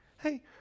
hey